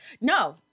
No